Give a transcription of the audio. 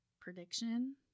prediction